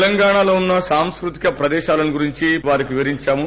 తెలంగాణలో వున్స సంస్కృతిక ప్రదేశాలను గురించి వారికి వివరించాము